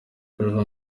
lulu